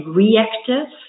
reactive